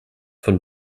von